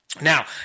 Now